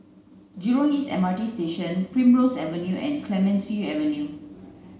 Jurong East M R T Station Primrose Avenue and Clemenceau Avenue